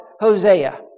Hosea